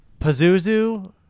Pazuzu